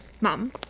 mom